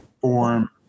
form